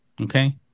okay